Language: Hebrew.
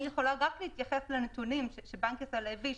אני יכולה להתייחס רק לנתונים שבנק ישראל הביא,